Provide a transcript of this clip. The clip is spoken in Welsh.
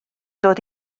dod